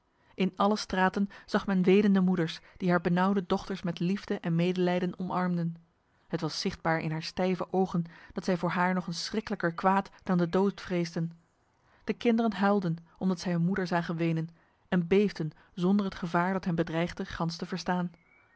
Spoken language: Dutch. in alle straten zag men wenende moeders die haar benauwde dochters met liefde en medelijden omarmden het was zichtbaar in haar stijve ogen dat zij voor haar nog een schrikkelijker kwaad dan de dood vreesden de kinderen huilden omdat zij hun moeder zagen wenen en beefden zonder het gevaar dat hen bedreigde gans te verstaan